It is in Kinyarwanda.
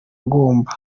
agomba